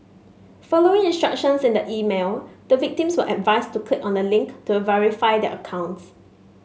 following instructions in the email the victims were advised to click on a link to verify their accounts